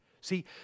see